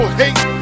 hate